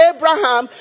Abraham